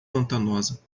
pantanosa